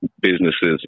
businesses